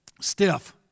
stiff